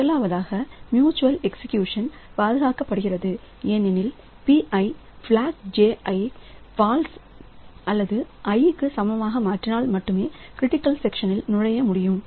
முதலாவதாக mutual exclusion பாதுகாக்கப்படுகிறது ஏனெனில் Pi பிளாக் j ஐ ஃபால்ஸ் அல்லது i க்கு சமமாக மாற்றினால் மட்டுமே க்ரிட்டிக்கல் செக்ஷனில் நுழைய முடியும்